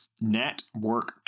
Network